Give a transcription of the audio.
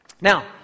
Now